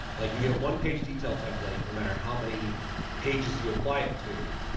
like, you get one page detail template, no matter how many pages you apply it to,